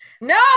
No